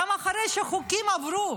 גם אחרי שהחוקים עברו,